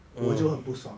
mm